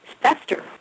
fester